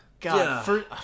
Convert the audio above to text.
God